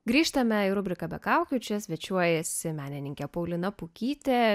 grįžtame į rubriką be kaukių čia svečiuojasi menininkė paulina pukytė